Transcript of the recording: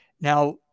Now